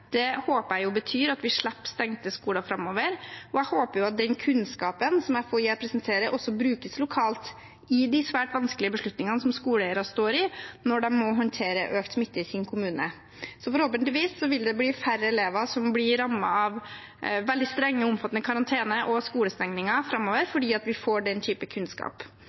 håper jeg betyr at vi slipper stengte skoler framover, og jeg håper at den kunnskapen som FHI her presenterer, også brukes lokalt i de svært vanskelige beslutningene som skoleeiere står i når de må håndtere økt smitte i sin kommune. Så forhåpentligvis vil det bli færre elever som blir rammet av veldig strenge og omfattende karantener og skolestengninger framover, fordi vi får den type kunnskap.